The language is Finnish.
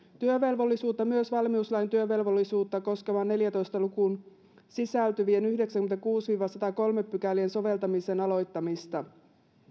työvelvollisuutta myös valmiuslain työvelvollisuutta koskevaan neljääntoista lukuun sisältyvien pykälien yhdeksänkymmentäkuusi viiva satakolme soveltamisen aloittamista